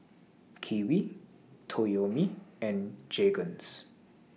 Kiwi Toyomi and Jergens